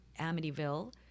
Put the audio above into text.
Amityville